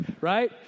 right